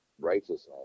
righteousness